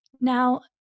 Now